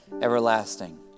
everlasting